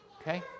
Okay